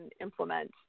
implement